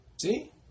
See